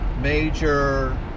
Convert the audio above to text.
major